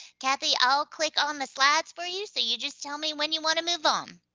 cathy, i'll click on the slides for you so you just tell me when you wanna move on.